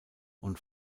und